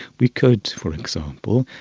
we could, for example,